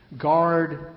Guard